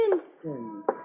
Vincent